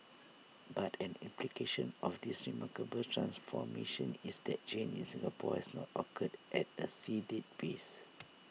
but an implication of this remarkable transformation is that change in Singapore has not occurred at A sedate pace